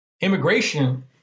immigration